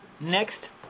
next